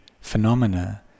phenomena